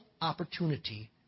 opportunity